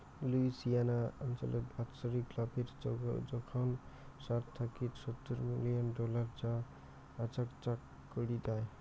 Louisiana অঞ্চলত বাৎসরিক লাভের জোখন ষাট থাকি সত্তুর মিলিয়ন ডলার যা আচাকচাক করি দ্যায়